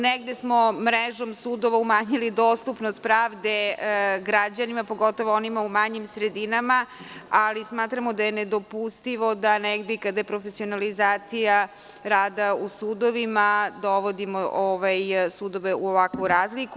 Negde smo mrežom sudovima umanjili dostupnost pravde građanima, pogotovo onima u manjim sredinama, ali smatramo da je nedopustivo da i kada je profesionalizacija rada u sudovima dovodimo sudove u ovakvu razliku.